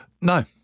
No